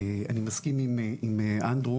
אני מסכים עם אנדרו